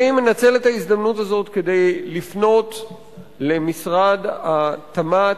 אני מנצל את ההזדמנות הזאת כדי לפנות למשרד התמ"ת,